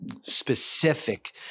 specific